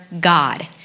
God